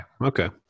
Okay